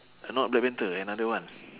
not black panther another one